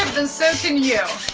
then so can you.